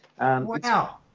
Wow